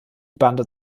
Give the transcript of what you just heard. bande